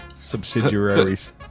Subsidiaries